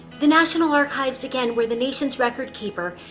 the national archives, again, we're the nation's record-keeper,